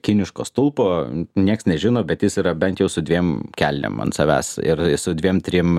kiniško stulpo nieks nežino bet jis yra bent jau su dviem kelnėm ant savęs ir su dviem trim